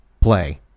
play